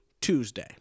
Tuesday